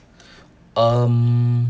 um